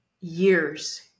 years